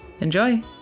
Enjoy